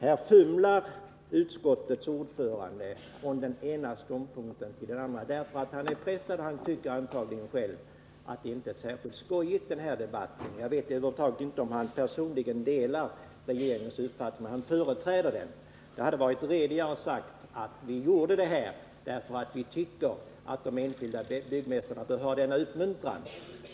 Här fumlar utskottets ordförande från den ena ståndpunkten till den andra, därför att han är pressad. Han tycker antagligen själv att det inte är särskilt skojigt att föra den här debatten. Jag vet inte om han över huvud taget personligen delar regeringens uppfattning, men han företräder den. Det hade varit redigare att säga: Vi gjorde det här därför att vi tycker att de enskilda byggmästarna bör ha denna uppmuntran.